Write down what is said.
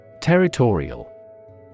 Territorial